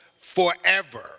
forever